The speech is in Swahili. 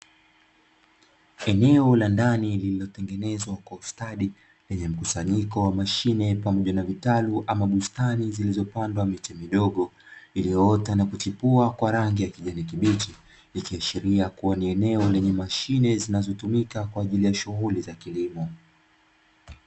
Eneo la ndani lililotengenezwa kwa ustadi lenye mkusanyiko wa mashine pamoja na vitaru ama bustani zilizopandwa miche midogo, iliyoota na kuchipuwa kwa rangi ya kijani kibichi, ikiashiria ni eneo lenye mashine zinazotumika kwa ajili ya shughuli za kilimo.